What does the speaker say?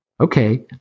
okay